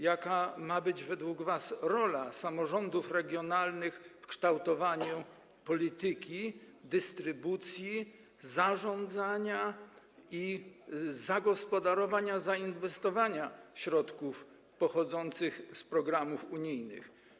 Jaka ma być według was rola samorządów regionalnych w kształtowaniu polityki dystrybucji, zarządzania, zagospodarowywania, inwestowania środków pochodzących z programów unijnych?